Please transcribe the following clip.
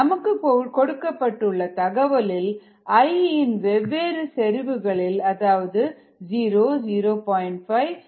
நமக்கு கொடுக்கப்பட்ட தகவலில் I இன் வெவ்வேறு செறிவுகள் 0 0